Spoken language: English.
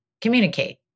communicate